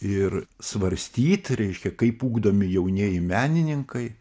ir svarstyt reiškia kaip ugdomi jaunieji menininkai